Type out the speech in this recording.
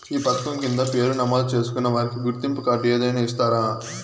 ఈ పథకం కింద పేరు నమోదు చేసుకున్న వారికి గుర్తింపు కార్డు ఏదైనా ఇస్తారా?